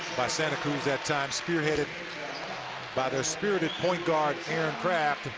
by santa cruz that time. spear headed by their spirited point guard aaron craft,